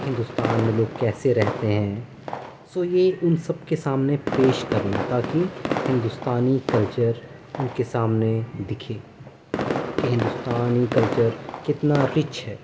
ہندوستان میں لوگ کیسے رہتے ہیں سو یہ ان سب کے سامنے پیش کرنا تاکہ ہندوستانی کلچر ان کے سامنے دکھے کہ ہندوستانی کلچر کتنا رچ ہے